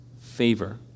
favor